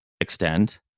extend